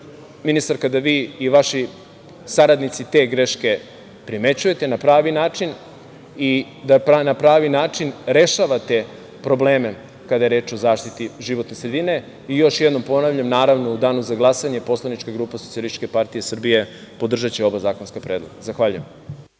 ministarka i vaši saradnici te greške primećujete na pravi način i da na pravi način rešavate probleme, kada je reč o zaštiti životne sredine. Još jednom, ponavljam, naravno, u danu za glasanje, poslanička grupa SPS, će podržati oba zakonska predloga. Zahvaljujem.